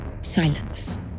Silence